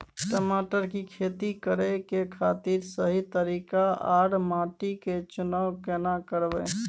टमाटर की खेती करै के खातिर सही तरीका आर माटी के चुनाव केना करबै?